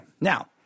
now